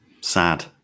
Sad